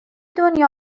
دنیا